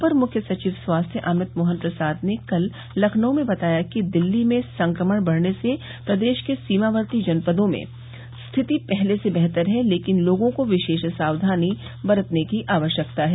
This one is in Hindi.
अपर मुख्य सचिव स्वास्थ्य अमित मोहन प्रसाद ने कल लखनऊ में बताया कि दिल्ली में संक्रमण बढ़ने से प्रदेश के सीमावर्ती जनपदों में स्थिति पहले से बेहतर है लेकिन लोगों को विशेष सावधानी बरतने की आवश्यकता है